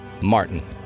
Martin